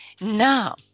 now